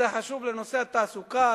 זה חשוב לנושא התעסוקה,